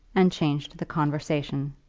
and changed the conversation.